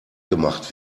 gemacht